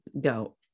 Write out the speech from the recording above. go